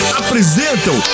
apresentam